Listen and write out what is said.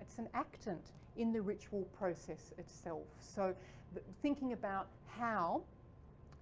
it's an actant in the ritual process itself. so but thinking about how